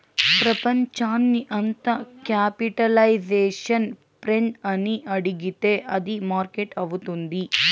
ప్రపంచాన్ని అంత capitalization friend అని అడిగితే అది మార్కెట్ అవుతుంది